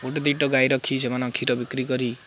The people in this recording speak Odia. ଗୋଟେ ଦୁଇଟା ଗାଈ ରଖି ସେମାନେ କ୍ଷୀର ବିକ୍ରି କରି